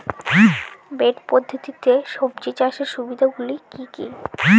Bed পদ্ধতিতে সবজি চাষের সুবিধাগুলি কি কি?